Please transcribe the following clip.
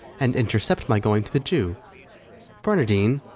and intercept my going to the jew barnardine!